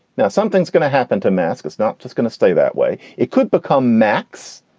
now something's gonna happen to mascot's not just gonna stay that way. it could become macs.